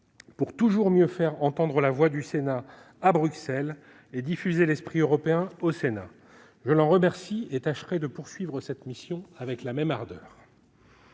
pour toujours mieux faire entendre la voix du Sénat à Bruxelles et diffuser l'esprit européen au Sénat. Je l'en remercie et je tâcherai de poursuivre cette mission avec la même ardeur